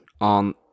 on